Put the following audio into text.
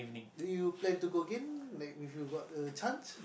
do you plan to go again like if you got the chance